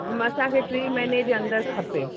असांखे टी महीने जे अंदरि खपे